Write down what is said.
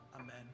Amen